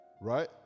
Right